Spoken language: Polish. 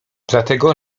dlatego